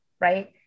right